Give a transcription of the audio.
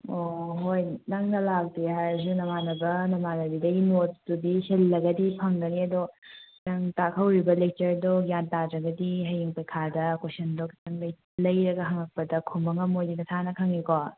ꯑꯣ ꯍꯣꯏ ꯅꯪꯅ ꯂꯥꯛꯇꯦ ꯍꯥꯏꯔꯁꯨ ꯅꯃꯥꯟꯅꯕ ꯅꯃꯥꯟꯅꯕꯤꯗꯩ ꯅꯣꯠꯁꯇꯨꯗꯤ ꯁꯤꯜꯂꯒꯗꯤ ꯐꯪꯒꯅꯤ ꯑꯗꯣ ꯅꯪ ꯇꯥꯛꯍꯧꯔꯤꯕ ꯂꯦꯛꯆꯔꯗꯣ ꯒ꯭ꯌꯥꯟ ꯇꯥꯗ꯭ꯔꯕꯗꯤ ꯍꯌꯦꯡ ꯄꯩꯈꯥꯗ ꯀꯣꯏꯁꯟꯗꯣ ꯈꯤꯇꯪ ꯂꯩꯔꯒ ꯍꯪꯉꯛꯄꯗ ꯈꯨꯝꯕ ꯉꯝꯃꯣꯏꯗꯤ ꯅꯁꯥꯅ ꯈꯪꯏꯀꯣ